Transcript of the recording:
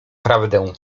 prawdę